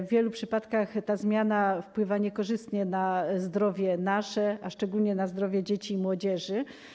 W wielu przypadkach ta zmiana wpływa niekorzystnie na nasze zdrowie, a szczególnie na zdrowie dzieci i młodzieży.